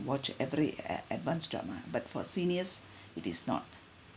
watch every ad~ advanced drama but for seniors it is not